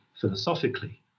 philosophically